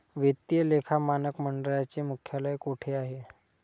वित्तीय लेखा मानक मंडळाचे मुख्यालय कोठे आहे?